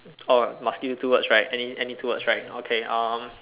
orh must give you two words right any any two words right okay uh